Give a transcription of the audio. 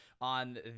on